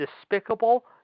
despicable